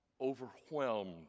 overwhelmed